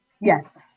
yes